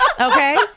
okay